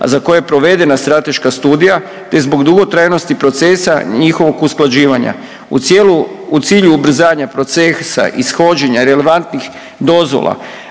za koje je provedena strateška studija, te zbog dugotrajnosti procesa njihovog usklađivanja. U cijelu, u cilju ubrzanja procesa ishođenja relevantnih dozvola